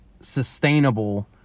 sustainable